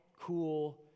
cool